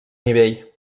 nivell